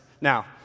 Now